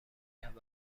کرد